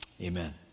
amen